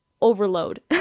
overload